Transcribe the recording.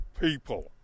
people